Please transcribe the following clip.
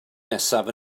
nesaf